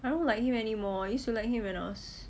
I don't like him anymore I used to like me when I was